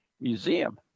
museum